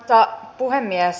arvoisa puhemies